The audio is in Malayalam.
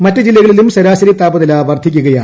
മറ്റ് ജില്ലകളിലും ശരാശരി താപനില വർധിക്കുകയാണ്